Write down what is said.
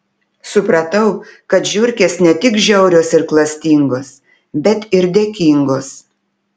supratau kad žiurkės ne tik žiaurios ir klastingos bet ir dėkingos